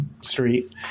street